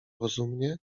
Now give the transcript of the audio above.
rozumnie